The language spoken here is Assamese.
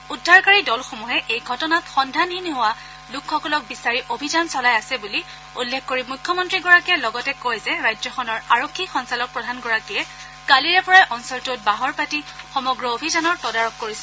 উদ্ধাৰকাৰী দলসমূহে এই ঘটনাত সন্ধানহীন হোৱা লোকসকলক বিচাৰি অভিযান চলাই আছে বুলি উল্লেখ কৰি মুখ্যমন্ত্ৰীগৰাকীয়ে লগতে কয় যে ৰাজ্যখনৰ আৰক্ষী সঞ্চালকপ্ৰধানগৰাকীয়ে কালিৰে পৰাই অঞ্চলটোত বাহৰ পাতি সমগ্ৰ অভিযানৰ তদাৰক কৰিছে